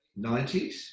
90s